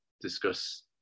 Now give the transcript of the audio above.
discuss